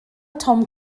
tom